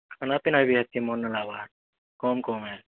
ଖାନାପିନା ବି ହେତ୍କି ମନ୍ ନେଇ ଲାଗ୍ବାର୍ କମ୍ କମ୍ ଆଏ